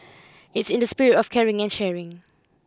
it's in the spirit of caring and sharing